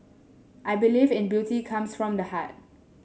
I believe in beauty comes from the heart